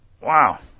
Wow